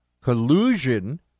collusion